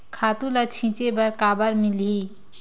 खातु ल छिंचे बर काबर मिलही?